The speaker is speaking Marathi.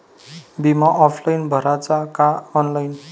बिमा ऑफलाईन भराचा का ऑनलाईन?